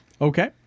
Okay